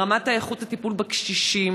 ברמת איכות הטיפול בקשישים,